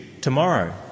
tomorrow